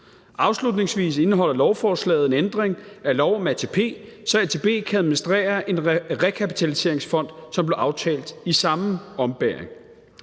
Afslutningsvis indeholder lovforslaget en ændring af lov om ATP, så ATP kan administrere en rekapitaliseringsfond, som der blev aftalt i samme ombæring.